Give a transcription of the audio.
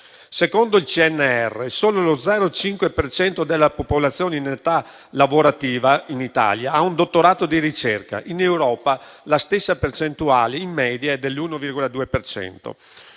solo lo 0,5 per cento della popolazione in età lavorativa in Italia ha un dottorato di ricerca. In Europa la stessa percentuale, in media, è dell'1,2